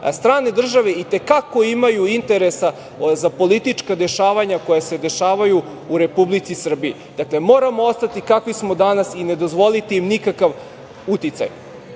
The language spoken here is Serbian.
strane države i te kako imaju interesa za politička dešavanja koja se dešavaju u Republici Srbiji. Moramo ostati kakvi smo danas i ne dozvoliti im nikakav uticaj. Ukoliko